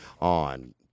on